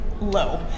low